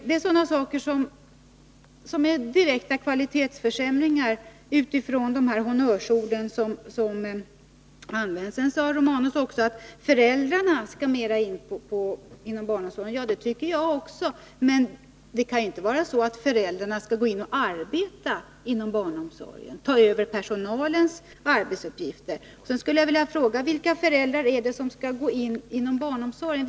Det är direkta kvalitetsförsämringar som sker mot bakgrund av de här honnörsorden. Gabriel Romanus sade att föräldrarna skall in mera i barnomsorgen. Ja, det tycker jag också. Men det kan ju inte vara så att föräldrarna skall gå in och arbeta inom barnomsorgen — ta över personalens uppgifter. Jag skulle vilja fråga: Vilka föräldrar är det som skall gå in i barnomsorgen?